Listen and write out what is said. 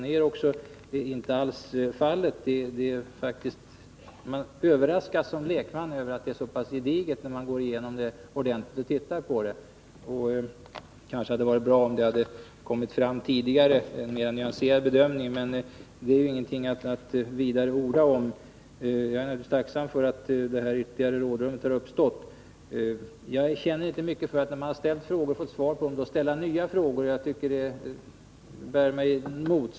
När man går igenom slottet ordentligt överraskas man som lekman över hur gediget det är, och det hade varit bra om det hade kommit fram en mer nyanserad bedömning tidigare. Men det är inte något att orda vidare om. Jag är naturligtvis tacksam för att detta rådrum har uppstått. Jag känner inte mycket för att ställa nya frågor när jag en gång har fått svar. Det bär mig emot.